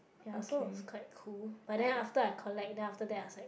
ya so is quite cool but then after I collect then after that I was like